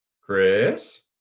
Chris